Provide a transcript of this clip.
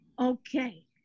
Okay